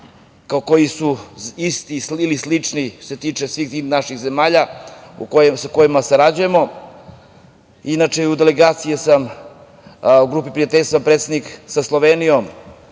koji su isti ili slični, što se tiče svih tih naših zemalja, u kojima sarađujemo. Inače sam i u delegaciji u grupi prijateljstva predstavnika sa Slovenijom,